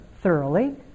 thoroughly